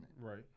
Right